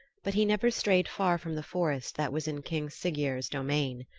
but he never strayed far from the forest that was in king siggeir's dominion.